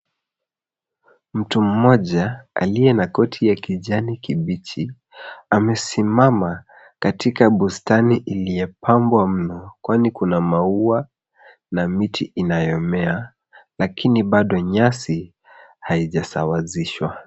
Mtu mmoja aliye na koti ya kijani kibichi amesimama katika bustani iliyopambwa mno kwani kuna maua na miti inayomea lakini bado nyasi haijasawasishwa.